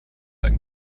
ein